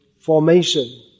formation